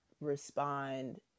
respond